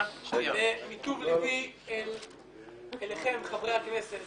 מטוב לבי אליכם, חברי הכנסת,